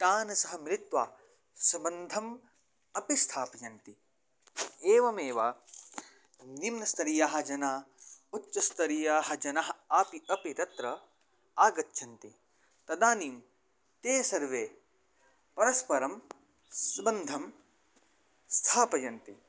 तान् सह मिलित्वा सबन्धम् अपि स्थापयन्ति एवमेव निम्नस्तरीयाः जनाः उच्चस्तरीयाः जनाः अपि अपि तत्र आगच्छन्ति तदानीं ते सर्वे परस्परं सबन्धं स्थापयन्ति